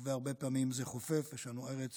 הרבה פעמים זה חופף, כי יש לנו ארץ